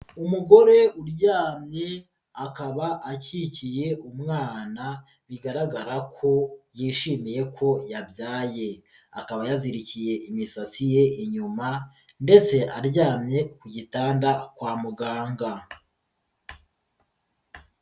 Umugore uryamye akaba akikiye umwana bigaragara ko yishimiye ko yabyaye, akaba yazirikiye imisatsi ye inyuma ndetse aryamye ku gitanda kwa muganga.